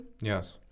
Yes